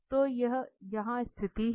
तो यह स्थिति यहां है